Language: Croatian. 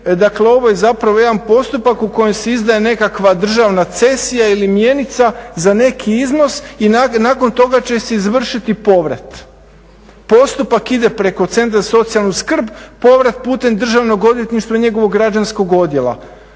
dakle ovo je zapravo jedan postupak u kojem se izdaje nekakva državna cesija ili mjenica za neki iznos i nakon toga će se izvršiti povrat. Postupak ide preko centra za socijalnu skrb, povrat putem Državnog odvjetništva i njegovog građanskog odjela.